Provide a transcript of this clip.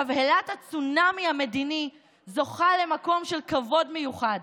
תבהלת הצונאמי המדיני זוכה למקום של כבוד מיוחד.